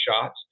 shots